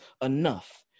enough